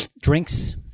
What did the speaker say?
drinks